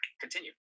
Continue